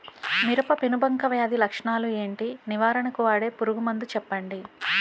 మిరప పెనుబంక వ్యాధి లక్షణాలు ఏంటి? నివారణకు వాడే పురుగు మందు చెప్పండీ?